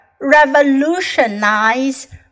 revolutionize